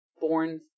born